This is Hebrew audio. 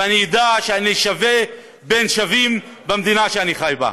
ואני אדע שאני שווה בין שווים במדינה שאני חי בה.